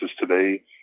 today